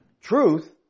Truth